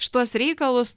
šituos reikalus